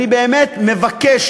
אני באמת מבקש,